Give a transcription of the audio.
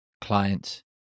clients